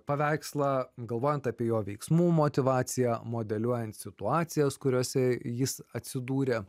paveikslą galvojant apie jo veiksmų motyvaciją modeliuojant situacijas kuriose jis atsidūrė